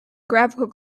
graphical